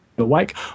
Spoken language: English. Awake